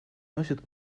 носит